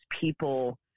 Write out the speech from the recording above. people